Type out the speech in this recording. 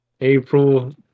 April